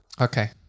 Okay